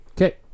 Okay